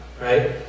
Right